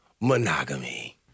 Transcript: monogamy